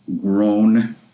grown